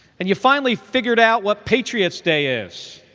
and you finally figured out what patriot's day is